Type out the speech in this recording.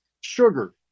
sugar